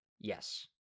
Yes